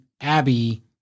Abby –